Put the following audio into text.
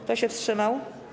Kto się wstrzymał?